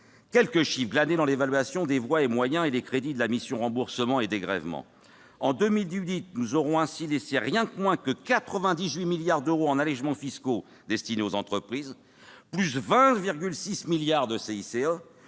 quelques chiffres, glanés dans l'évaluation des voies et moyens et les crédits de la mission « Remboursements et dégrèvements ». En 2018, nous aurons laissé pas moins de 98 milliards d'euros en allégements fiscaux destinés aux entreprises, plus 20,6 milliards d'euros